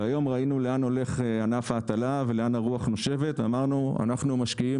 והיום ראינו לאן הולך ענף ההטלה ולאן הרוח נושבת ואמרנו: אנחנו משקיעים,